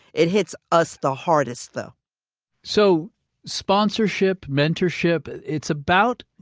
it hits us the hardest, though so sponsorship, mentorship. it's about